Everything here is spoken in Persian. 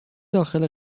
داخل